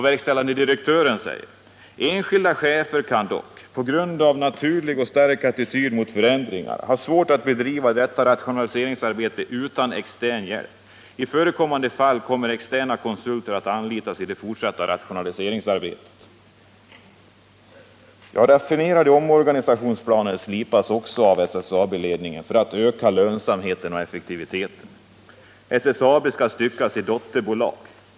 Verkställande direktören säger: ”Enskilda chefer kan dock — på grund av en naturlig och stark attityd mot förändringar — ha svårt att bedriva detta rationaliseringsarbete utan extern hjälp. I förekommande fall kommer externa konsulter att anlitas i det fortsatta rationaliseringsarbetet.” Raffinerade omorganisationsplaner slipas av SSAB-ledningen för att öka lönsamheten och effektiviteten: SSAB skall styckas i dotterbolag.